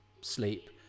sleep